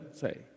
say